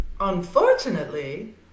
Unfortunately